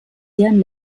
deren